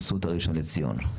אסותא ראשון לציון.